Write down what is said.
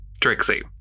Trixie